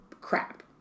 crap